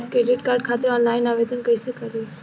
Credit card खातिर online आवेदन कइसे करि?